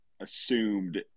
assumed